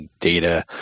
Data